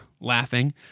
laughing